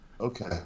Okay